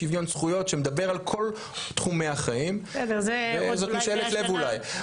שוויון זכויות שמדבר על כל תחומי החיים וזאת משאלת לב אולי.